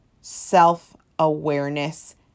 self-awareness